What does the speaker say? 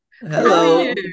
Hello